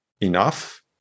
enough